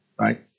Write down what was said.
Right